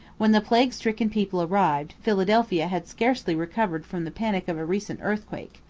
when the plague-stricken people arrived, philadelphia had scarcely recovered from the panic of a recent earthquake.